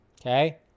okay